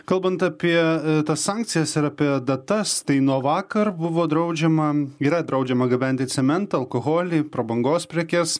kalbant apie tas sankcijas ir apie datas tai nuo vakar buvo draudžiama yra draudžiama gabenti cementą alkoholį prabangos prekes